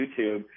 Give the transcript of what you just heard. YouTube